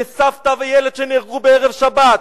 לסבתא וילד שנהרגו בערב שבת,